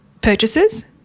purchases